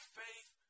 faith